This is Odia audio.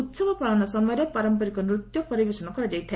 ଉହବ ପାଳନ ସମୟରେ ପାରମ୍ପରିକ ନୃତ୍ୟ ପରିବେଷଣ କରାଯାଇଥା